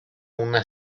una